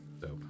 Dope